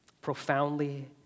profoundly